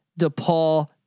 DePaul